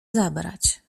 zabrać